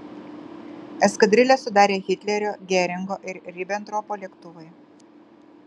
eskadrilę sudarė hitlerio geringo ir ribentropo lėktuvai